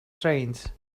strange